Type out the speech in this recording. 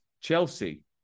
Chelsea